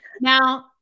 Now